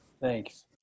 Thanks